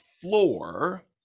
floor